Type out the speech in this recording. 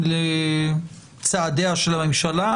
ולצעדיה של הממשלה.